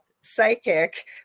psychic